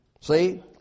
See